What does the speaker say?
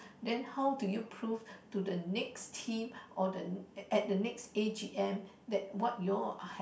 then how do you prove to the next team or the at the next a_g_m that what you all are have